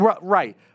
right